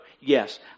yes